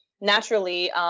naturally